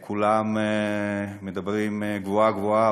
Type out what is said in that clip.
כולם מדברים גבוהה-גבוהה,